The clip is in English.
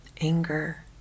anger